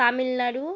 Tamil Nadu